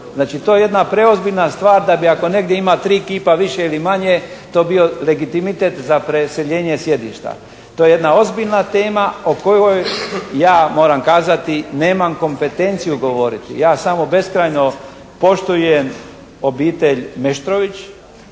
Znači to je jedna preozbiljna stvar da ako ima negdje tri kipa više ili manje to bi bio legitimitet za preseljenje sjedišta. To je jedna ozbiljna tema o kojoj ja moram kazati nemam kompetenciju govoriti. Ja samo beskrajno poštujem obitelj Meštrović.